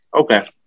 Okay